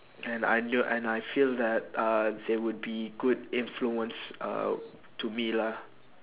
and I knew and I feel that uh they would be good influence uh to me lah